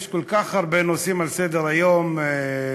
יש כל כך הרבה נושאים על סדר-היום במדינה,